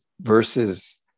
versus